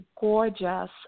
gorgeous